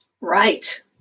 Right